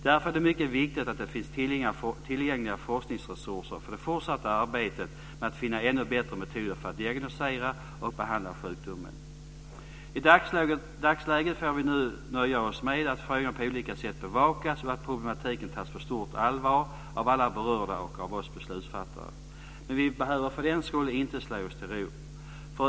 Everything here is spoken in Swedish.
Därför är det mycket viktigt att det finns tillgängliga forskningsresurser för det fortsatta arbetet med att finna ännu bättre metoder för att diagnostisera och behandla sjukdomen. I dagsläget får vi nöja oss med att frågan på olika sätt bevakas och att problemen tas på stort allvar av alla berörda och av oss beslutsfattare. Men vi behöver för den skull inte slå oss till ro.